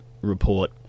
report